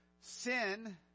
sin